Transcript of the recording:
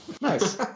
Nice